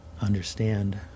understand